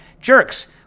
Jerks